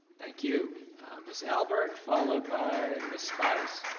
thank you ms. albert, followed by ms. speyes.